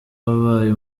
wabaye